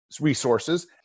resources